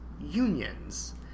unions